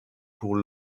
pour